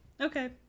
Okay